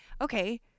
Okay